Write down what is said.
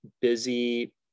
busy